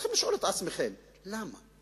אתם צריכים לשאול את עצמכם: למה?